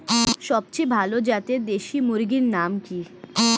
সবচেয়ে ভালো জাতের দেশি মুরগির নাম কি?